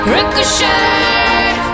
Ricochet